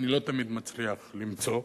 אני לא תמיד מצליח למצוא.